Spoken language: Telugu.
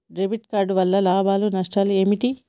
డెబిట్ కార్డు వల్ల లాభాలు నష్టాలు ఏమిటి?